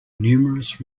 numerous